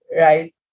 right